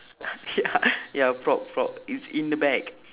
ya ya frog frog it's in the bag